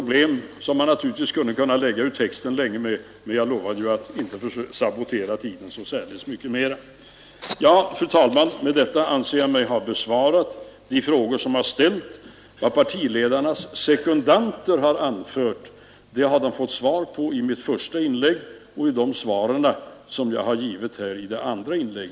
Man skulle länge kunna lägga ut texten om detta problem, men jag lovade ju att inte så mycket mera sabotera tidsberäkningarna. Fru talman! Med detta anser jag mig ha besvarat de frågor som ställts. Vad partiledarnas sekundanter anfört har de fått svar på i mitt första inlägg och genom de svar till partiledarna som jag gett i mitt andra inlägg.